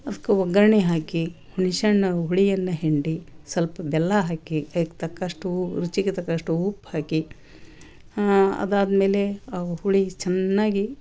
ಅದ್ಕು ಒಗ್ಗರಣೆ ಹಾಕಿ ಹುಣ್ಶೆಹಣ್ಣು ಹುಳಿಯನ್ನ ಹಿಂಡಿ ಸ್ವಲ್ಪ ಬೆಲ್ಲ ಹಾಕಿ ಅದಕ್ಕೆ ತಕ್ಕಷ್ಟೂ ರುಚಿಗೆ ತಕ್ಕಷ್ಟು ಉಪ್ಪು ಹಾಕಿ ಅದಾದ್ಮೇಲೆ ಅವ ಹುಳಿ ಚೆನ್ನಾಗಿ